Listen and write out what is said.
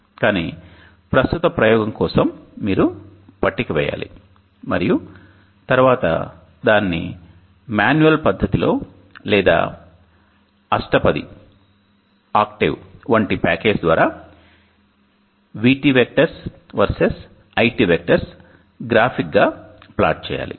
కానీ ప్రస్తుత ప్రయోగం కోసం మీరు పట్టిక వేయాలి మరియు తరువాత దానిని మాన్యువల్ పద్ధతిలో లేదా అష్టపది వంటి ప్యాకేజీ ద్వారా VT vectors versus IT vectors గ్రాఫిక్గా ప్లాట్ చేయాలి